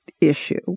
issue